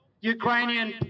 Ukrainian